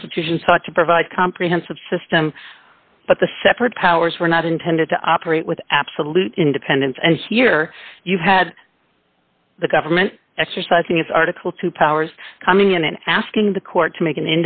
constitution sought to provide comprehensive system but the separate powers were not intended to operate with absolute independence and here you had the government exercising its article two powers coming in and asking the court to make an